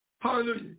hallelujah